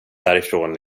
därifrån